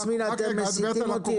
סליחה, יסמין, אתם מסיטים אותי.